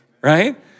Right